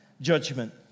judgment